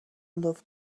love